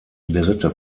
dritte